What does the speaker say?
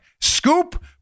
Scoop